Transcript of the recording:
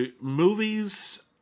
Movies